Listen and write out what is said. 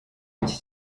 iki